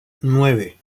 nueve